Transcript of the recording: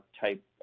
type